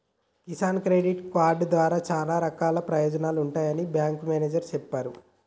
Kisan credit card ద్వారా చానా రకాల ప్రయోజనాలు ఉంటాయని బేంకు మేనేజరు చెప్పిన్రు